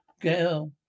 Girl